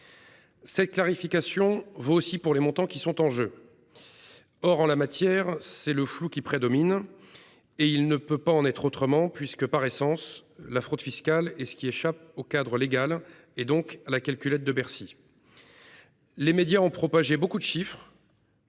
Cette clarification vaut aussi pour les montants qui sont en jeu. Or, en la matière, le flou prédomine. Comment en serait-il autrement ? Par essence, la fraude fiscale est ce qui échappe au cadre légal, et donc à la calculette de Bercy. Les médias ont diffusé de nombreux chiffres.